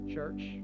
Church